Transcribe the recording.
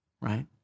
right